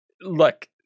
Look